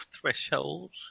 threshold